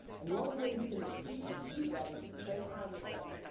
and the only way you can achieve achieve that is to spend time with them,